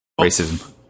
Racism